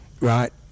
right